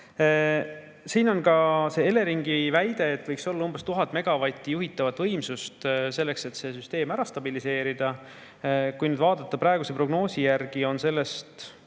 on ka see Eleringi väide, et võiks olla umbes 1000 megavatti juhitavat võimsust, selleks et see süsteem ära stabiliseerida. Kui vaadata praegust prognoosi, siis